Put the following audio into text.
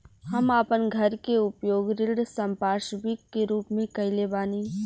हम आपन घर के उपयोग ऋण संपार्श्विक के रूप में कइले बानी